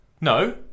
No